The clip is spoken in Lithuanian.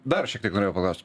dar šiek tiek norėjau paklaust